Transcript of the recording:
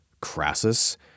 Crassus